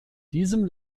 diesem